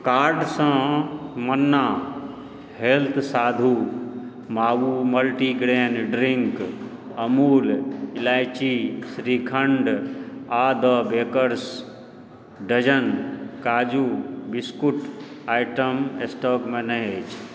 card सँ Manna health साधु मावु मल्टीग्रेन ड्रिङ्क अमूल इलायची श्रीखण्ड आ द बेकर्स डजन काजू बिस्कुट आइटम स्टॉक मे नहि अछि